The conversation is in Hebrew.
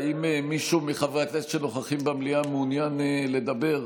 האם מישהו מחברי הכנסת שנוכחים במליאה מעוניין לדבר?